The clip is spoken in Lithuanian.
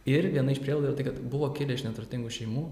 ir viena iš prielaidų yra tai kad buvo kilę iš neturtingų šeimų